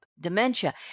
dementia